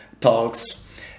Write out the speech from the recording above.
talks